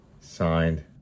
signed